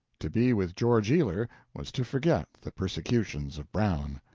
to be with george ealer was to forget the persecutions of brown.